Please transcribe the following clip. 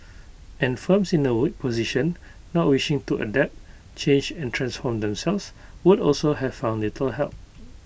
and firms in A weak position not wishing to adapt change and transform themselves would also have found little help